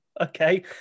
okay